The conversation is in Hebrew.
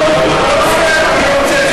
לא פייר.